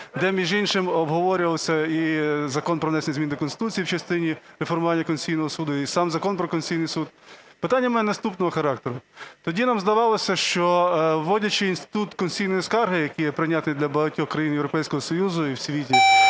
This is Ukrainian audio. де, між іншим, обговорювався і Закон про внесення змін до Конституції в частині реформування Конституційного Суду і сам Закон про Конституційний Суд. Питання в мене наступного характеру. Тоді нам здавалося, що, вводячи інститут конституційної скарги, який є прийнятний для багатьох країн Європейського Союзу і в світі,